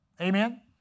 Amen